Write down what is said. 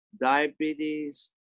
diabetes